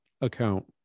account